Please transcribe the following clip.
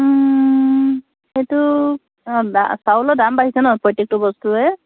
সেইটো চাউলৰ দাম বাঢ়িছে ন প্ৰত্যেকটো বস্তুৱে